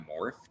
morphed